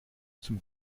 zum